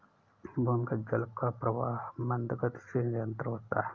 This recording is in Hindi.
भूमिगत जल का प्रवाह मन्द गति से निरन्तर होता है